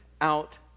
out